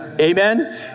Amen